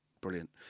brilliant